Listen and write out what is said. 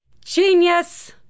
genius